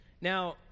Now